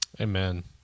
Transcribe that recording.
Amen